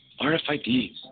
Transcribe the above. RFIDs